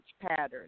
pattern